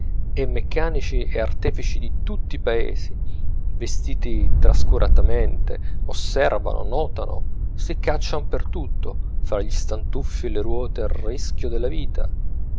e meccanici e artefici di tutti i paesi vestiti trascuratamente osservano notano si caccian per tutto fra gli stantuffi e le ruote a rischio della vita